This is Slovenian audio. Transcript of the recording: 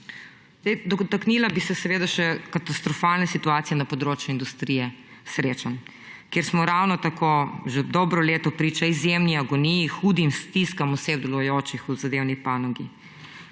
Dotaknila bi se seveda še katastrofalne situacije na področju industrije srečanj, kjer smo ravno tako že dobro leto priča izjemni agoniji, hudim stiskam vseh delujočih v zadevi panogi.